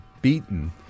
beaten